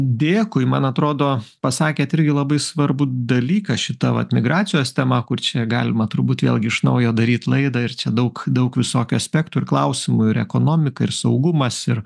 dėkui man atrodo pasakėt irgi labai svarbų dalyką šita vat migracijos tema kur čia galima turbūt vėlgi iš naujo daryt laidą ir daug daug visokių aspektų ir klausimų ir ekonomika ir saugumas ir